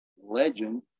legend